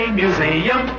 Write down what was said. museum